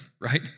right